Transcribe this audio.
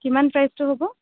কিমান প্ৰাইছটো হ'ব